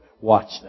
watch